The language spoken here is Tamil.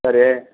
சரி